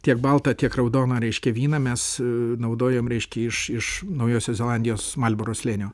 tiek baltą tiek raudoną reiškia vyną mes naudojom reiškia iš iš naujosios zelandijos marlboro slėnio